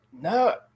no